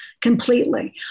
completely